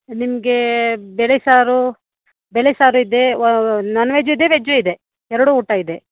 ನಿಮಗೆ ಬೇಳೆ ಸಾರು ಬೇಳೆ ಸಾರು ಇದೆ ನಾನ್ವೆಜ್ ಇದೆ ವೆಜ್ಜೂ ಇದೆ ಎರಡೂ ಊಟ ಇದೆ